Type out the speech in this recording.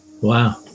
Wow